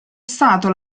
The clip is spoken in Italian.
stato